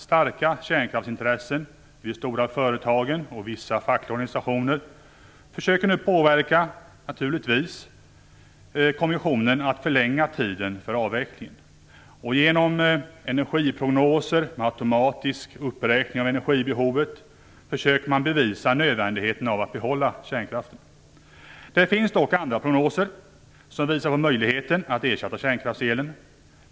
Starka kärnkraftsintressen i de stora företagen och i vissa fackliga organisationer försöker nu, naturligtvis, påverka kommissionen att förlänga tiden för avvecklingen. Genom energiprognoser med automatisk uppräkning av energibehovet försöker man bevisa nödvändigheten av att behålla kärnkraften. Det finns dock andra prognoser som visar på möjligheten att ersätta kärnkraftselen.